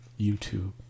YouTube